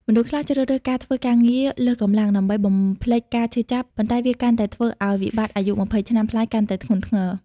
មនុស្សខ្លះជ្រើសរើសការធ្វើការងារលើសកម្លាំង ដើម្បីបំភ្លេចការឈឺចាប់ ប៉ុន្តែវាកាន់តែធ្វើឱ្យវិបត្តិអាយុ២០ ឆ្នាំប្លាយកាន់តែធ្ងន់ធ្ងរ។